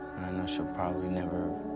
she'll probably never